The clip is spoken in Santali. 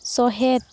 ᱥᱚᱦᱮᱫᱽ